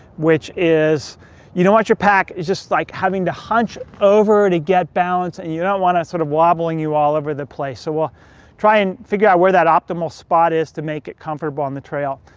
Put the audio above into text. which is you don't want your pack, it's just like having to hunch over to get balance, and you don't want it sort of wobbling you all over the place. so we'll try and figure out where that optimal spot is to make it comfortable on the trail.